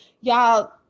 y'all